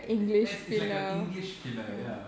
th~ that is like a english filler ya